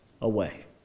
away